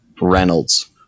Reynolds